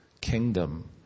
kingdom